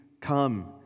come